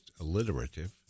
alliterative